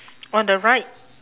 on the right